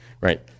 Right